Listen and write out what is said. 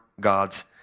God's